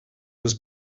was